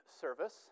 service